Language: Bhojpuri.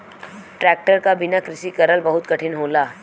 ट्रेक्टर क बिना कृषि करल बहुत कठिन होला